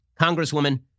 congresswoman